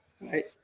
Right